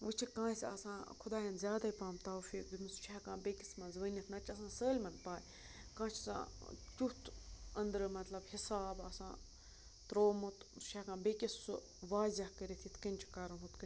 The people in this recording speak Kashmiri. وۄنۍ چھِ کٲنٛسہِ آسان خۄدایَن زیادَے پَہَم توفیٖق دیُمُت سُہ چھِ ہٮ۪کان بیٚکِس منٛز ؤنِتھ نَتہٕ چھِ آسان سٲلمَن پَے کٲنٛسہِ چھِ آسان تیُتھ أنٛدرٕ مطلب حِساب آسان ترٛومُت سُہ چھِ ہٮ۪کان بیٚکِس سُہ واضع کٔرِتھ یِتھ کٔنۍ چھُ کَرُن ہُتھ کٔنۍ